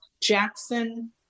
Jackson